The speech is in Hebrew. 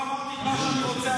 לא אמרתי את מה שאני רוצה,